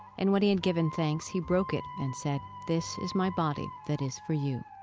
and when he had given thanks, he broke it and said, this is my body that is for you.